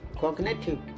cognitive